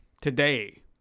today